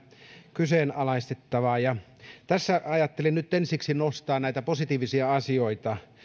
kyseenalaistettavaa tässä ajattelin nyt ensiksi nostaa näitä positiivisia asioita